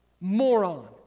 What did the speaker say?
moron